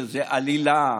שזו עלילה.